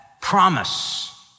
promise